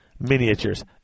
Miniatures